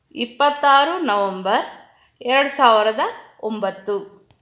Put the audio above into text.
ಇಪ್ಪತ್ತಾರು ನವಂಬರ್ ಎರಡು ಸಾವಿರದ ಒಂಬತ್ತು